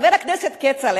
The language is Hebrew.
חבר הכנסת כצל'ה,